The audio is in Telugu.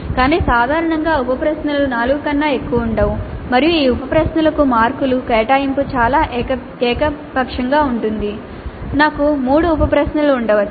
కానీ సాధారణంగా ఉప ప్రశ్నలు 4 కన్నా ఎక్కువ ఉండవు మరియు ఈ ఉప ప్రశ్నలకు మార్కుల కేటాయింపు చాలా ఏకపక్షంగా ఉంటుంది నాకు 3 ఉప ప్రశ్నలు ఉండవచ్చు